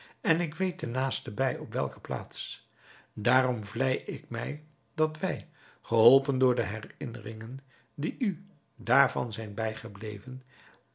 en ik weet ten naaste bij op welke plaats daarom vlei ik mij dat wij geholpen door de herinneringen die u daarvan zijn bijgebleven